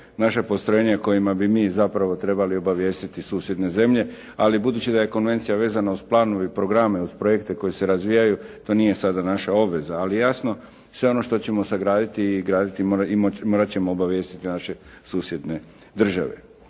naša postrojenja kojima bi mi zapravo trebali obavijestiti susjedne zemlje, ali budući da je konvencija vezana uz planove i programe uz projekte koji se razvijaju to nije sada naša obveza. Ali je jasno sve ono što ćemo sagraditi i graditi morat ćemo obavijestiti naše susjedne države.